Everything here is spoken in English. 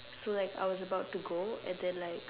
so like I was about to go and then like